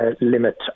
limit